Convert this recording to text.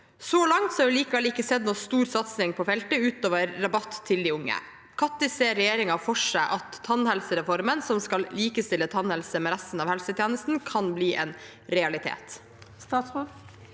Så langt har vi likevel ikke sett noen stor satsing på feltet utover rabatt til de unge. Når ser regjeringa for seg at tannhelsereformen som skal likestille tannhelse med resten av helsetjenesten, kan bli en realitet?»